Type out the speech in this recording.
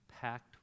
packed